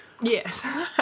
Yes